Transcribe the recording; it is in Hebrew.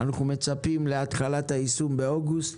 אנו מצפים להתחלת היישום באוגוסט